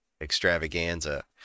extravaganza